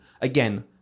again